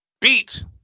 beat